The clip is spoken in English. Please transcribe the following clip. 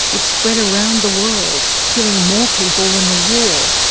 it spread around the world, killing more people than the war,